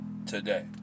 today